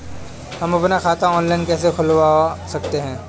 हम अपना खाता ऑनलाइन कैसे खुलवा सकते हैं?